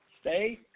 stay